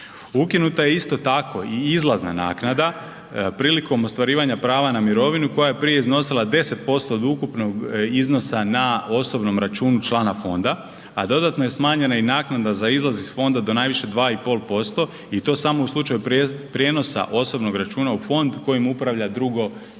Ukinuta je isto tako i izlazna naknada prilikom ostvarivanja prava na mirovinu koja je prije iznosila 10% od ukupnog iznosa na osobnom računu člana fonda, a dodatno je smanjena i naknada za izlaz iz fonda do najviše 2,5% i to samo u slučaju prijenosa osobnog računa u fond kojim upravlja drugo mirovinsko